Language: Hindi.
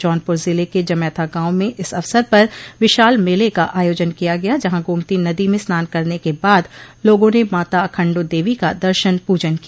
जौनपुर जिले के जमैथा गांव में इस अवसर पर विशाल मेले का आयोजन किया गया जहां गोमती नदी में स्नान करने के बाद लोगों ने माता अखंडो देवी का दर्शन पूजन किया